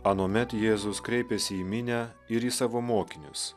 anuomet jėzus kreipėsi į minią ir į savo mokinius